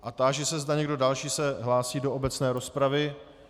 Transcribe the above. A táži se, zda někdo další se hlásí do obecné rozpravy.